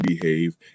behave